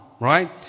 Right